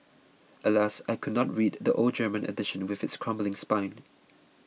alas I could not read the old German edition with its crumbling spine